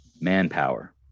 manpower